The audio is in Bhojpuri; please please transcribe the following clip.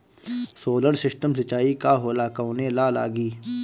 सोलर सिस्टम सिचाई का होला कवने ला लागी?